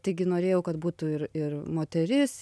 taigi norėjau kad būtų ir ir moteris